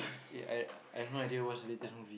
ya I I have no idea what's the latest movie